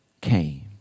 came